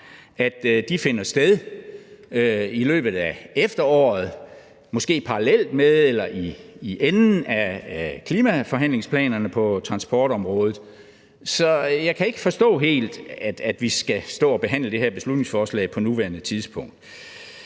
om finder sted i løbet af efteråret, måske parallelt med eller i enden af klimaforhandlingsplanerne på transportområdet. Så jeg kan ikke helt forstå, at vi skal stå og behandle det her beslutningsforslag på nuværende tidspunkt.